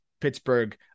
Pittsburgh